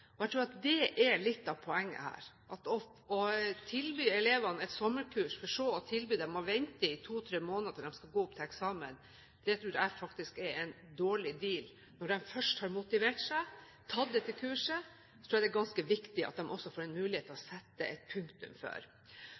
Og jeg tror det er litt av poenget. Å tilby elevene et sommerkurs, for så å tilby dem å vente i to–tre måneder før de skal gå opp til eksamen, tror jeg faktisk er en dårlig deal. Når de først har motivert seg og tatt dette kurset, er det ganske viktig at de også får en mulighet til å sette et punktum.